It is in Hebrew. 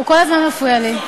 הוא כל הזמן מפריע לי.